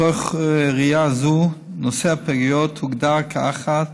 מתוך ראיה זו, נושא הפגיות הוגדר כאחת